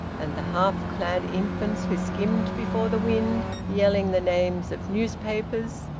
and the half-clad infants who skimmed before the wind yelling the names of newspapers.